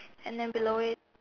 and then below it